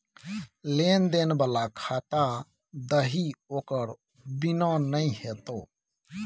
लेन देन बला खाता दही ओकर बिना नै हेतौ